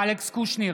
אלכס קושניר, נגד